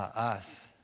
us.